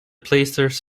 blazers